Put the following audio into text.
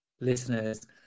listeners